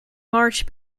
march